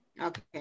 Okay